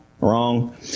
wrong